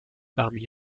parmi